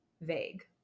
vague